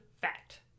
fact